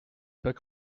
pas